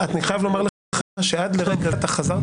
אני חייב לומר לך שעד לרגע זה אתה חזרת